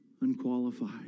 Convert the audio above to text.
Unqualified